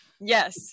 Yes